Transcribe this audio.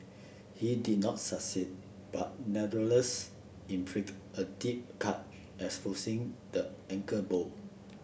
he did not succeed but nevertheless inflicted a deep cut exposing the ankle bone